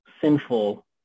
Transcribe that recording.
sinful